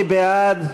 מי בעד?